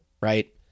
right